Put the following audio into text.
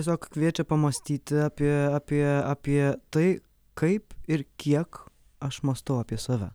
tiesiog kviečia pamąstyti apie apie apie tai kaip ir kiek aš mąstau apie save